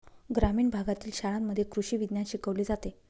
ग्रामीण भागातील शाळांमध्ये कृषी विज्ञान शिकवले जाते